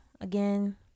Again